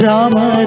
Rama